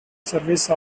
service